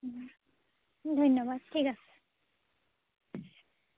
ধন্যবাদ ঠিক আছে